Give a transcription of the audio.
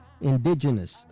indigenous